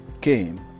came